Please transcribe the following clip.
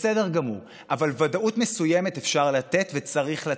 בסדר גמור, אבל ודאות מסוימת אפשר לתת וצריך לתת.